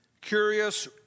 curious